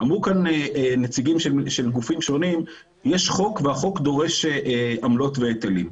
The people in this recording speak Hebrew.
אמרו כאן נציגים של גופים שונים שיש חוק והחוק דורש עמלות והיטלים.